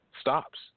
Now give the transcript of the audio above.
stops